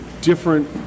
different